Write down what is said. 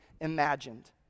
imagined